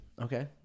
Okay